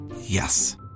Yes